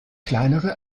kleinere